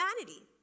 humanity